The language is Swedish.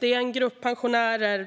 De pensionärer